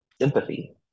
sympathy